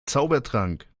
zaubertrank